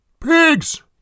Pigs